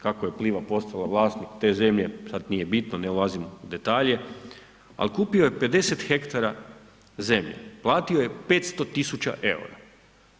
Kako je Pliva postala vlasnik te zemlje sad nije bitno, ne ulazim u detalje, ali kupio je 50 hektara zemlje, platio je 500.000 EUR-a.